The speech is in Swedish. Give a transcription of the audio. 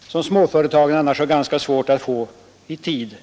material har småföretagarna annars ganska svårt att få i tid.